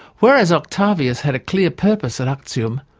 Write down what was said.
whereas octavius had a clear purpose at actium,